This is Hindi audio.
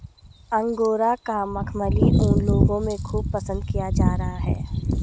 अंगोरा का मखमली ऊन लोगों में खूब पसंद किया जा रहा है